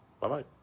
Bye-bye